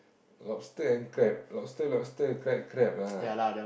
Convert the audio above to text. lobster and crab lobster lobster crab crab ah